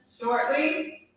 shortly